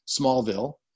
Smallville